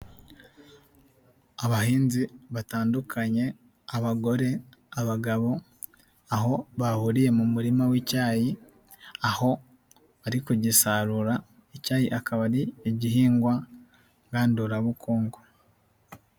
Abahinzi batandukanye abagore, abagabo, aho bahuriye mu murima w'icyayi aho bari kugisarura, icyayi akaba ari igihingwa ngandurabukungu.